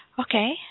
Okay